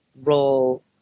role